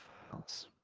files